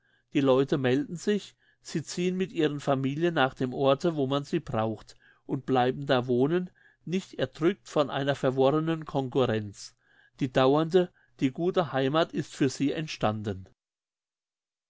die leute melden sich sie ziehen mit ihren familien nach dem orte wo man sie braucht und bleiben da wohnen nicht erdrückt von einer verworrenen concurrenz die dauernde die gute heimat ist für sie entstanden